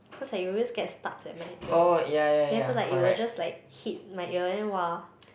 cause like it always get stucks at my ear then after like it will just like hit my ear then !wah!